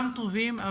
גם טובים,